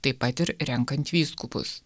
taip pat ir renkant vyskupus